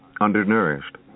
undernourished